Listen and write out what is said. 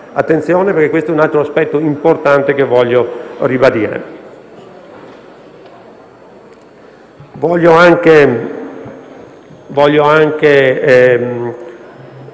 l'attenzione su questo, che è un altro aspetto importante che voglio ribadire.